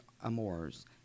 amours